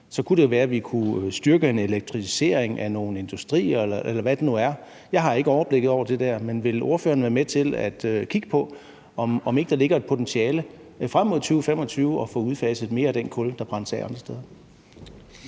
så kunne det jo være, at vi kunne styrke en elektrificering af nogle industrier, eller hvad det nu er. Jeg har ikke overblikket over det der, men vil ordføreren være med til at kigge på, om ikke der ligger et potentiale frem mod 2025 i forhold til at få udfaset mere af den kul, der brændes af andre steder?